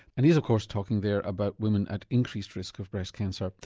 and he's of course talking there about women at increased risk of breast cancer.